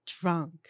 drunk